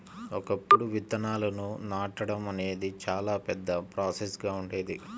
ఒకప్పుడు విత్తనాలను నాటడం అనేది చాలా పెద్ద ప్రాసెస్ గా ఉండేది